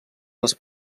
les